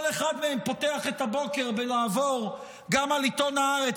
כל אחד מהם פותח את הבוקר לעבור גם על עיתון הארץ,